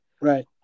Right